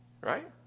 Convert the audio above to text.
right